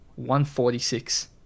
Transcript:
146